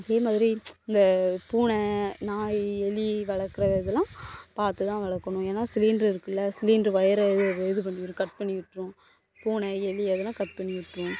அதேமாதிரி இந்த பூனை நாய் எலி வளர்க்குற இதெல்லாம் பார்த்து தான் வளர்க்கணும் ஏன்னா சிலிண்டர் இருக்குல சிலிண்டர் உயர இது இது பண்ணிரும் கட் பண்ணிவிட்டுரும் பூனை எலி எதனா கட் பண்ணிவிட்டுரும்